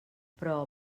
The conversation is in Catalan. però